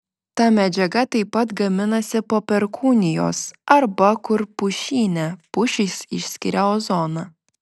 ta medžiaga taip pat gaminasi po perkūnijos arba kur pušyne pušys išskiria ozoną